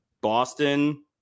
boston